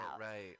right